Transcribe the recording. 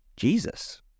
Jesus